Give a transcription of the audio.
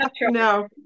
No